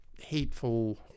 hateful